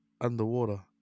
underwater